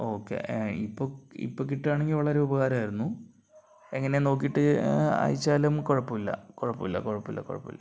okay ഇപ്പോൾ ഇപ്പോൾ കിട്ടുകയാണെങ്കിൽ വളരെ ഉപകാരമായിരുന്നു എങ്ങനെയാണ് നോക്കിയിട്ട് അയച്ചാലും കുഴപ്പമില്ല കുഴപ്പമില്ല കുഴപ്പമില്ല കുഴപ്പമില്ല